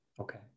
Okay